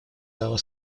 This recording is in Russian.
зала